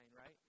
right